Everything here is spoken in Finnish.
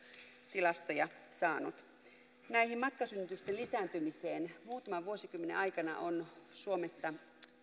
tilastoja saanut näiden matkasynnytysten lisääntymiseen muutaman vuosikymmenen aikana on suomesta